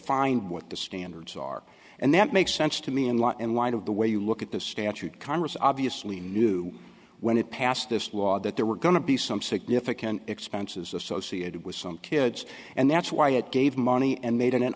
define what the standards are and that makes sense to me in law and wind of the way you look at this statute congress obviously knew when it passed this law that there were going to be some significant expenses associated with some kids and that's why it gave money and made